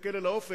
להסתכל אל האופק